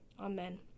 Amen